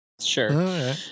Sure